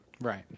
Right